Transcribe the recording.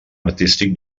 artístic